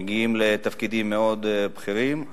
מגיעים לתפקידים בכירים מאוד.